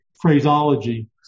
phraseology